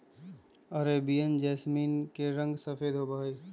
Arabian jasmine के रंग सफेद होबा हई